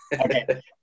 Okay